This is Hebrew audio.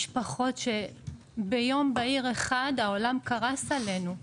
משפחות שביום בהיר אחד העולם קרס עלינו.